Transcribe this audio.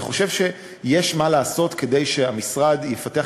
אני חושב שיש מה לעשות כדי שהמשרד יפתח